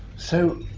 so,